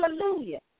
hallelujah